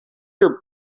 your